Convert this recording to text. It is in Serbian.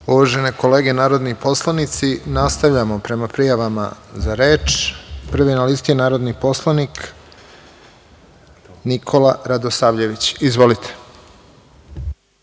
Uvažene kolege narodni poslanici, nastavljamo prema prijavama za reč. Prvi na listi je narodni poslanik Nikola Radosavljević. Izvolite.